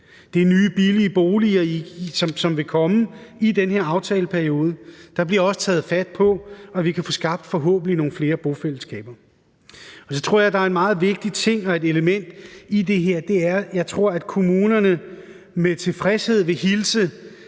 Det er nye, billige boliger, som vil komme i den her aftaleperiode, og der bliver også taget fat på, at vi forhåbentlig kan få skabt nogle flere bofællesskaber. Så tror jeg, at der er en meget vigtig ting og et vigtigt element i det her, og det er, at jeg tror, at kommunerne med tilfredshed vil hilse